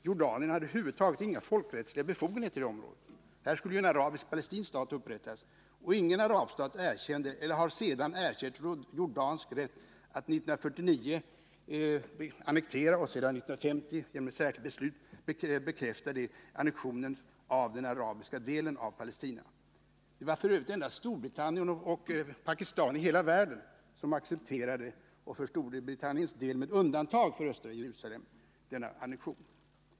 Jordanien hade över huvud taget inga folkrättsliga befogenheter i området. Här skulle ju en arabisk/palestinsk stat upprättas, och ingen arabstat erkände eller har sedan erkänt jordansk rätt att 1949 annektera — det bekräftades genom ett särskilt beslut 1950 — den arabiska delen av Palestina. Det var f. ö. endast Storbritannien och Pakistan i hela världen som accepterade annektionen, för Storbritanniens del med undantag för östra Jerusalem.